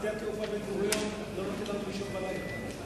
שדה התעופה בן-גוריון לא נותן לנו לישון בלילה.